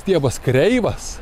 stiebas kreivas